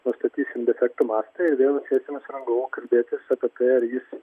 nustatysim defektų mastą ir vėl sėsimės su rangovu kalbėtis apie tai ar jis